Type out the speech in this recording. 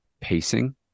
pacing